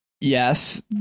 Yes